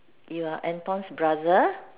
you're Anton's brother